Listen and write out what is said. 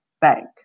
bank